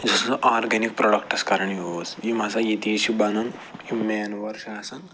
زٕ organic products کَرٕنۍ use یِم ہَسا ییٚتے چھِ بَنان یِم مینوَر چھِ آسان